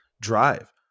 drive